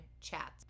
chat